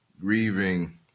grieving